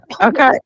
okay